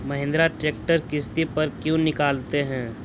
Mahindra tractor किसति पर क्यों निकालते हैं?